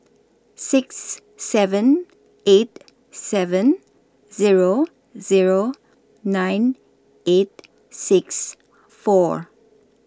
six seven eight seven Zero Zero nine eight six four